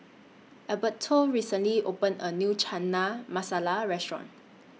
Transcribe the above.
Alberto recently opened A New Chana Masala Restaurant